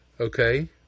Okay